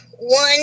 One